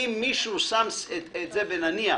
ואם מישהו שם את זה בנניח,